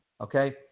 okay